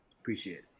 appreciate